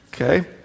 Okay